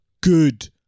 Good